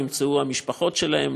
נמצאו המשפחות שלהם,